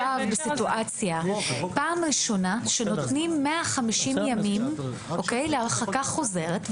פעם ראשונה שנותנים 150 ימים להרחקה חוזרת,